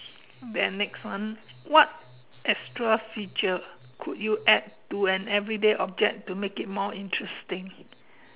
then next one what extra feature would you add to an everyday object to make it more interesting